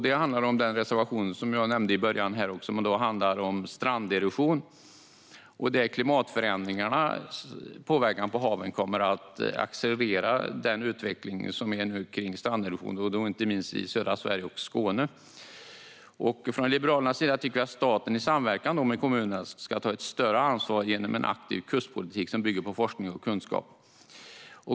Det gäller den reservation som jag nämnde i början, som handlar om stranderosion. Klimatförändringarnas påverkan på haven kommer att accelerera den utveckling som nu pågår i fråga om stranderosion, inte minst i södra Sverige och i Skåne. Från Liberalernas sida tycker vi att staten i samverkan med kommunerna ska ta ett större ansvar genom en aktiv kustpolitik som bygger på forskning och kunskap.